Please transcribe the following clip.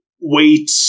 wait